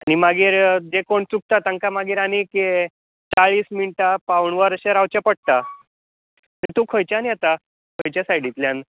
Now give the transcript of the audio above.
आनी मागीर जें कोण चुकता तांकां मागीर आनीक यें चाळीस मिनटां पाऊण वर अशें रावचें पडटा तूं खंयच्यान येता खंयचें सायडिंतल्यान